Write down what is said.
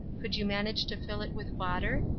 could you manage to fill it with water,